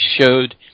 showed